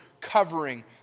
covering